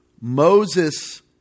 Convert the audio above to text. Moses